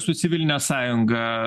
su civiline sąjunga